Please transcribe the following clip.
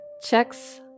Checks